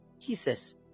Jesus